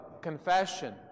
confession